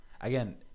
again